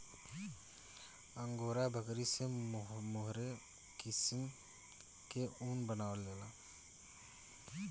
angora बकरी से mohair किसिम के ऊन बनावल जाला